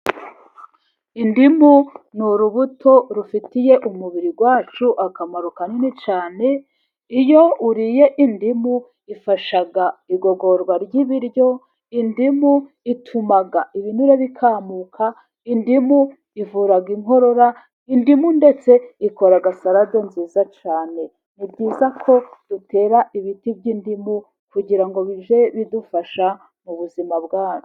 Indimu ni urubuto rufitiye umubiri wacu akamaro kanini cyane, iyo uriye indimu ifasha igogorwa ry'ibiryo, indimu ituma ibinure bikamuka, indimu ivura inkorora, indimu ndetse ikora salade nziza cyane . Ni byiza ko dutera ibiti by'indimu, kugira bijye bidufasha mu buzima bwacu.